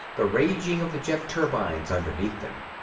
the raging of the jet turbines underneath them.